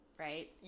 Right